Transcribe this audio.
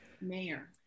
mayor